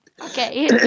Okay